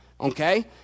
Okay